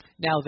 Now